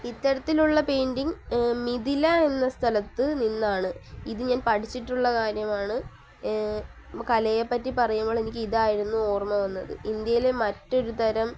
ഇത്തരത്തിലുള്ള പെയിൻ്റിംഗ് മിഥില എന്ന സ്ഥലത്തുനിന്നാണ് ഇത് ഞാൻ പഠിച്ചിട്ടുള്ള കാര്യമാണ് നമ്മൾ കലയെപ്പറ്റി പറയുമ്പോൾ എനിക്ക് ഇതായിരുന്നു ഓർമ്മവന്നത് ഇന്ത്യയിലെ മറ്റൊരുതരം